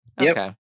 Okay